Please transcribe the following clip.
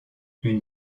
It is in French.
une